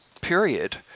period